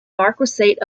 marquessate